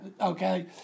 Okay